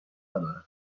ندارم